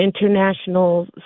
international